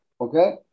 okay